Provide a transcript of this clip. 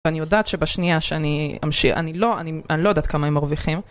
ואני יודעת שבשנייה שאני אמשיך, אני לא יודעת כמה הם מרוויחים.